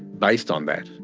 based on that,